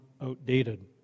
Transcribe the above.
outdated